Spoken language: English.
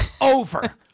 over